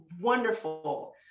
wonderful